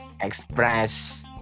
express